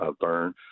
burn